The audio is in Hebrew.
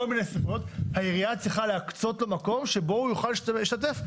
כל מיני סיבות העירייה צריכה להקצות לו מקום ממנו הוא יוכל להשתתף.